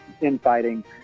infighting